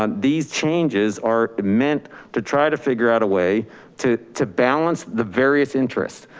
um these changes are meant to try to figure out a way to to balance the various interest.